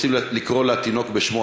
אנחנו רק רוצים לקרוא לילד בשמו.